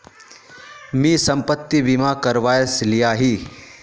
मी संपत्ति बीमा करवाए लियाही